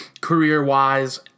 career-wise